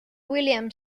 william